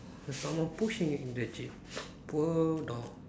there's someone pushing it into the jeep poor dog